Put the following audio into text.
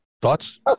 Thoughts